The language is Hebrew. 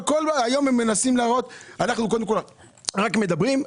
אנחנו רק מדברים,